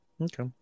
Okay